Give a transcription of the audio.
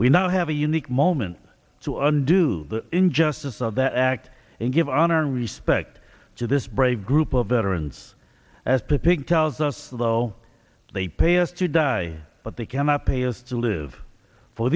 we now have a unique moment to undo the injustice of that act and give honor and respect to this brave group of veterans as pig tells us though they pay us to die but they cannot pay us to live for